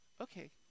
okay